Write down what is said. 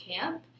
camp